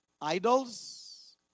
idols